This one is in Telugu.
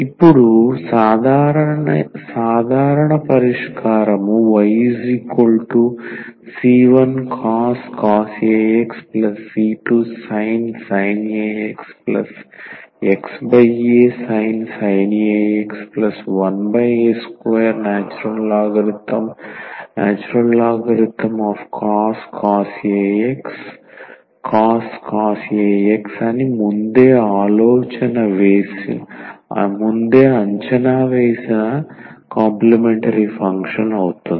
ఇప్పుడు సాధారణ పరిష్కారం yc1cos ax c2sin ax xasin ax 1a2ln |cos ax | cos ax అని ముందే అంచనా వేసిన కాంప్లీమెంటరీ ఫంక్షన్ అవుతుంది